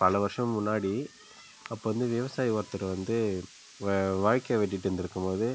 பல வருஷம் முன்னாடி அப்போ வந்து விவசாயி ஒருத்தர் வந்து வாய்க்கால் வெட்டிகிட்டு இருந்திருக்கும் போது